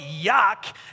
yuck